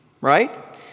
right